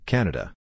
Canada